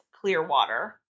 Clearwater